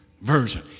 version